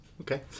Okay